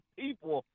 people